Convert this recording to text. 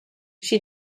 she